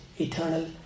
eternal